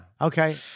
Okay